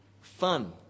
fun